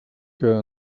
que